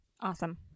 Awesome